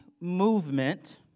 movement